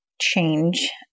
change